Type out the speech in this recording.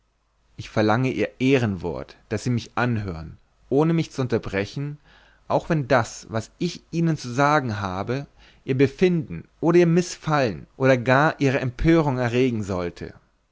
ich verlange ihr ehrenwort daß sie mich anhören ohne mich zu unterbrechen auch wenn das was ich ihnen zu sagen habe ihr befremden oder ihr mißfallen oder gar ihre empörung erregen sollte